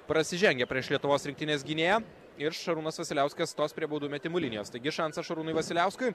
prasižengė prieš lietuvos rinktinės gynėją ir šarūnas vasiliauskas stos prie baudų metimų linijos taigi šansas šarūnui vasiliauskui